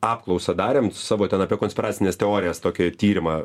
apklausą darėm savo ten apie konspiracines teorijas tokį tyrimą